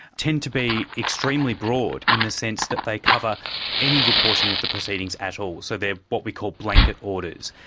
tend to be extremely broad in the sense that they cover any reporting of the proceedings at all, so they are what we call blanket orders.